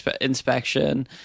inspection